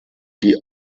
die